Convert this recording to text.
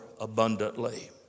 abundantly